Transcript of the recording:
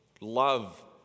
love